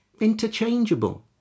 interchangeable